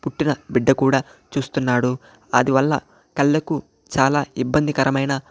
పుట్టిన బిడ్డ కూడా చూస్తున్నాడు అది వల్ల కళ్ళకు చాలా ఇబ్బందికరమైన